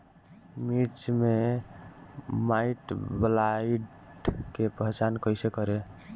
मिर्च मे माईटब्लाइट के पहचान कैसे करे?